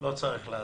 לא צריך להסביר.